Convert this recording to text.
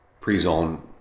pre-zone